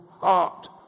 heart